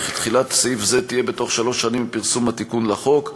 וכי תחילת סעיף זה תהיה בתוך שלוש שנים מפרסום התיקון לחוק.